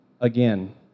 Again